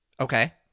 Okay